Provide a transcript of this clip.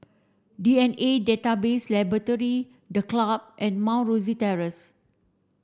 D N A Database Laboratory The Club and Mount Rosie Terrace